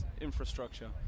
infrastructure